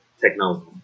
technology